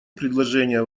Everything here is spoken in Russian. предложение